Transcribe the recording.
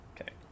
Okay